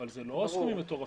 אבל זה לא סכומים מטורפים.